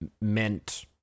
meant